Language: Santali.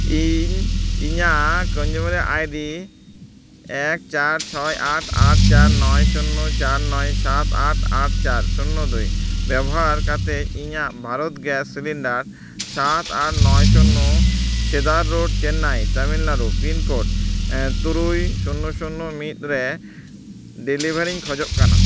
ᱤᱧ ᱤᱧᱟᱹᱜ ᱠᱚᱱᱡᱤᱭᱩᱢᱟᱨ ᱟᱭᱰᱤ ᱮᱠ ᱪᱟᱨ ᱪᱷᱚᱭ ᱟᱴ ᱟᱴ ᱪᱟᱨ ᱱᱚᱭ ᱥᱩᱱᱱᱚ ᱪᱟᱨ ᱱᱚᱭ ᱥᱟᱛ ᱟᱴ ᱟᱴ ᱪᱟᱨ ᱥᱩᱱᱱᱚ ᱫᱩᱭ ᱵᱮᱵᱚᱦᱟᱨ ᱠᱟᱛᱮᱫ ᱤᱧᱟᱹᱜ ᱵᱷᱟᱨᱚᱛ ᱜᱮᱥ ᱥᱤᱞᱤᱱᱰᱟᱨ ᱥᱟᱛ ᱟᱴ ᱱᱚᱭ ᱥᱩᱱᱱᱚ ᱥᱤᱫᱟᱨ road Chennai Tamil Nadu pin code ᱛᱩᱨᱩᱭ ᱥᱩᱱᱱᱚ ᱥᱩᱱᱱᱚ ᱢᱤᱫ ᱨᱮ ᱰᱮᱞᱤᱵᱷᱟᱨᱤᱧ ᱠᱷᱚᱡᱚᱜ ᱠᱟᱱᱟ